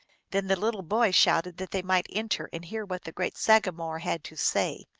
then the little boy shouted that they might enter and hear what the great sagamore had to say.